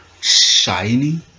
shiny